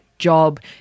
job